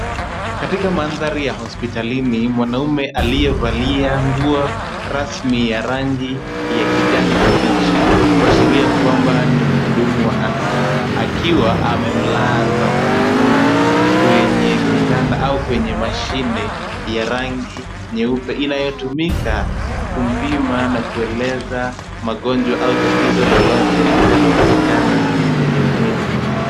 Katika mandhari ya hospitalini, mwanaume aliyevalia nguo rasmi ya rangi ya kijani kimbichi, kuashuria kwamba ni mhudumu wa afya, akiwa amemlaza mwanaume kwenye kitanda au kwenye mashine ya rangi nyeupe inayotumika kumpima na kueleza magonjwa au tatizo lolote linalopatikana kwenye mwili.